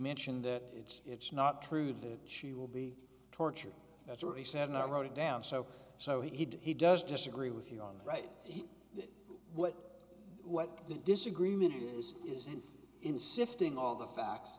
mentioned that it's not true that she will be tortured that's what he said and i wrote it down so so he does disagree with you on the right but what the disagreement is is that in sifting all the facts